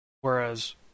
Whereas